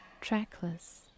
trackless